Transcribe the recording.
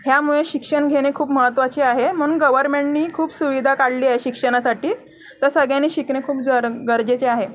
ह्यामुळे शिक्षण घेणे खूप महत्त्वाचे आहे म्हणून गवर्मेंटनी खूप सुविधा काढली आहे शिक्षणासाठी तर सगळ्यांनी शिकणे खूप जर गर गरजेचे आहे